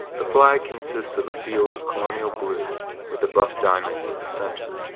the flag consists of a field of colonial blue with a buff diamond in the center,